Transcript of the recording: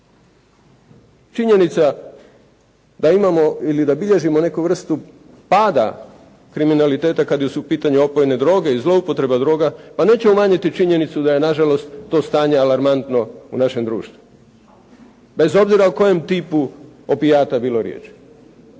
Činjenica da imamo ili da bilježimo neku vrstu pada kriminaliteta kada su u pitanju opojne droge i zloupotreba droga, pa neće umanjiti činjenicu da je na žalost to stanje alarmantno u našem društvu, bez obzira o kojem tipu opijata bilo riječi.